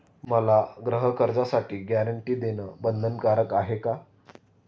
मला गृहकर्जासाठी गॅरंटी देणं बंधनकारक आहे का?